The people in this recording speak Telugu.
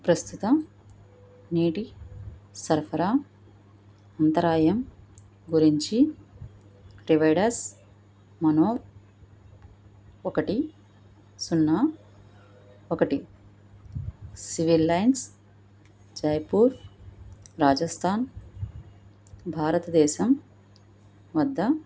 ప్రస్తుతం నీటి సరఫరా అంతరాయం గురించి రివర్సైడ్ మనోర్ ఒకటి సున్నా ఒకటి సివిల్ లైన్స్ జైపూర్ రాజస్థాన్ భారతదేశం వద్ద